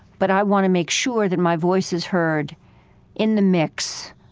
but i want to make sure that my voice is heard in the mix.